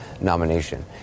nomination